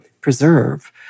preserve